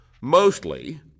Mostly